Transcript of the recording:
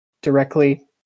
directly